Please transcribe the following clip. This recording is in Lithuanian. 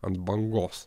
ant bangos